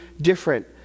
different